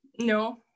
No